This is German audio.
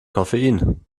koffein